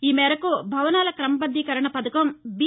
ఈ మేరకు భవనాల క్రమబద్దీకరణ పథకం బి